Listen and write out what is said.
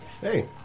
hey